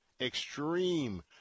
extreme